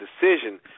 decision